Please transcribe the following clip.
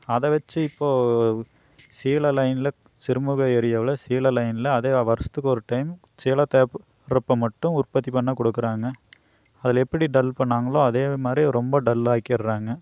அதை வச்சு இப்போது சேல லைனில் சிறுமுக ஏரியாவில் சேல லைனில் அதே வருடத்துக்கு ஒரு டைம் சேல மட்டும் உற்பத்தி பண்ண கொடுக்குறாங்க அதில் எப்படி டல் பண்ணாங்களோ அதே மாதிரி ரொம்ப டல்லாக்கிடுறாங்க